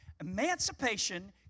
Emancipation